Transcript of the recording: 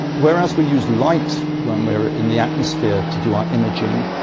whereas we use light when we're in the atmosphere to do our imaging,